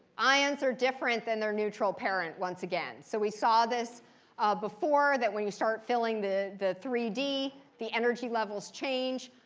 ions are different than their neutral parent, once again. so we saw this before, that when you start filling the the three d, the energy levels change.